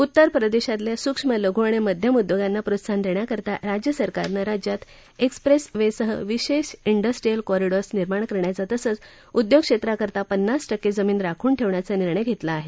उत्तरप्रदेशातल्या सूक्ष्म लघू आणि मध्यम उद्योगांना प्रोत्साहन देण्याकरता राज्य सरकारंन राज्यात एक्सप्रेसवेसह विशेष डेस्ट्रीअल कॉरीडोअर्स निर्माण करण्याचा तसंच उदयोग क्षेत्रांकरता पन्नास टक्के जमीन राखून ठेवण्याचा निर्णय घेतला आहे